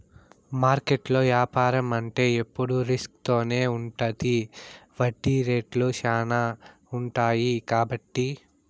మార్కెట్లో యాపారం అంటే ఎప్పుడు రిస్క్ తోనే ఉంటది వడ్డీ రేట్లు శ్యానా ఉంటాయి కాబట్టి